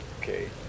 Okay